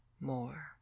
more